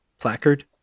Placard